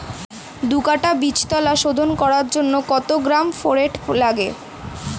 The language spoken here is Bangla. দু কাটা বীজতলা শোধন করার জন্য কত গ্রাম ফোরেট লাগে?